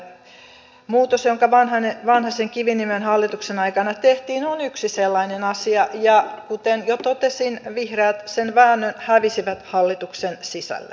tämä muutos joka vanhasenkiviniemen hallituksen aikana tehtiin on yksi sellainen asia ja kuten jo totesin vihreät sen väännön hävisivät hallituksen sisällä